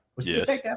Yes